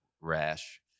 rash